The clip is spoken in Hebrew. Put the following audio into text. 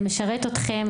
זה משרת אתכם,